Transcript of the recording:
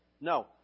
No